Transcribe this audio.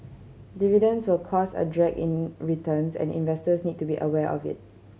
dividends will cause a drag in returns and investors need to be aware of it